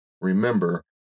Remember